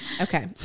Okay